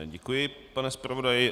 Děkuji, pane zpravodaji.